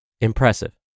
Impressive